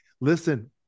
Listen